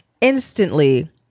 instantly